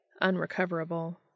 unrecoverable